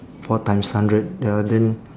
four times hundred ya then